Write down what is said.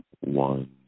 One